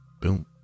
boom